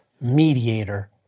mediator